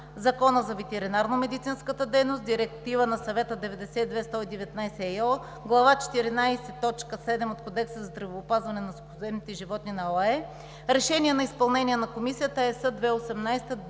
Закона за ветеринарномедицинската дейност; Директива на Съвета 92/119/ЕО, Глава XIV, т. 7 от Кодекса за здравеопазване на сухоземните животни на OIE, Решение за изпълнение на Комисията (ЕС) 2018/954